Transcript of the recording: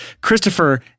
Christopher